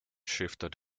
shifted